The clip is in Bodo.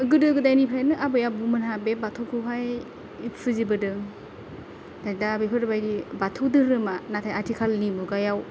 गोदो गोदायनिफ्रायनो आबै आबौमोनहा बे बाथौखौहाय फुजिबोदों दा बेफोरबायदि बाथौ धोरोमा नाथाय आथिखालनि मुगायाव